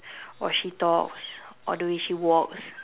or she talks or the way she walks